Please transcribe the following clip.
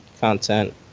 content